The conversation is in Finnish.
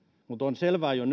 mutta on selvää jo